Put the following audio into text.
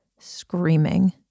screaming